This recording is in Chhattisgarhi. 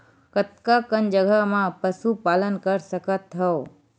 कतका कन जगह म पशु पालन कर सकत हव?